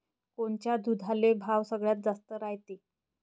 कोनच्या दुधाले भाव सगळ्यात जास्त रायते?